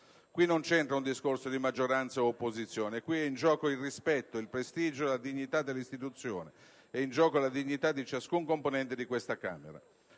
caso non c'entra un discorso di maggioranza od opposizione: qui è in gioco il rispetto, il prestigio, la dignità dell'istituzione, è in gioco la dignità di ciascun componente di questa Camera.